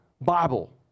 Bible